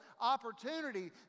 opportunity